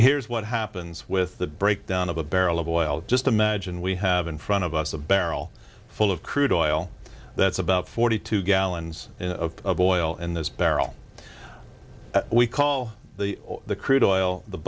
here is what happens with the breakdown of a barrel of oil just imagine we have in front of us a barrel full of crude oil that's about forty two gallons of oil in this barrel we call the